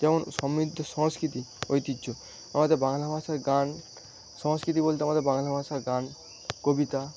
যেমন সমৃদ্ধ সংস্কৃতি ঐতিহ্য আমাদের বাংলা ভাষার গান সংস্কৃতি বলতে আমাদের বাংলা ভাষার গান কবিতা